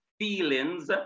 feelings